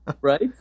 Right